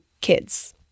kids